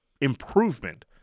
improvement